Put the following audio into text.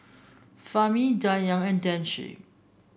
Fahmi Dayang and Danish